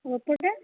ଓପୋଟା